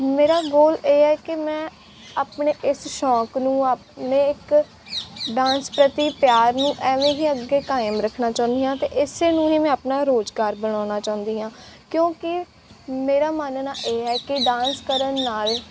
ਮੇਰਾ ਗੋਲ ਇਹ ਹੈ ਕਿ ਮੈਂ ਆਪਣੇ ਇਸ ਸ਼ੌਂਕ ਨੂੰ ਆਪਣੇ ਇੱਕ ਡਾਂਸ ਪ੍ਰਤੀ ਪਿਆਰ ਨੂੰ ਐਵੇਂ ਵੀ ਅੱਗੇ ਕਾਇਮ ਰੱਖਣਾ ਚਾਹੁੰਦੀ ਹਾਂ ਅਤੇ ਇਸੇ ਨੂੰ ਹੀ ਮੈਂ ਆਪਣਾ ਰੁਜ਼ਗਾਰ ਬਣਾਉਣਾ ਚਾਹੁੰਦੀ ਹਾਂ ਕਿਉਂਕਿ ਮੇਰਾ ਮੰਨਣਾ ਇਹ ਹੈ ਕਿ ਡਾਂਸ ਕਰਨ ਨਾਲ